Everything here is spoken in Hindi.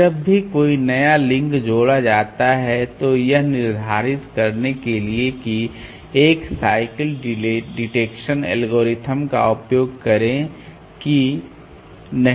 जब भी कोई नया लिंक जोड़ा जाता है तो यह निर्धारित करने के लिए एक साइकिल डिटेक्शन एल्गोरिथ्म का उपयोग करें कि यह है या नहीं